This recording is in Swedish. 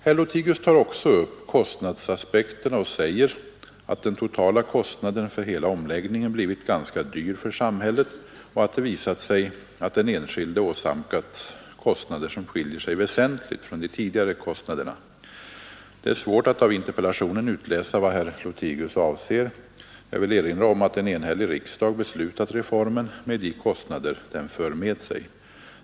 Herr Lothigius tar också upp kostnadsaspekterna och säger att den totala kostanden för hela omläggningen blivit ganska stor för samhället och att det visat sig att den enskilde åsamkats kostnader som skiljer sig väsentligt från de tidigare kostnaderna. Det är svårt att av interpellatio nen utläsa vad herr Lothigius avser. Jag erinrar om att en enhällig riksdag beslutat reformen med de kostnader den för med sig.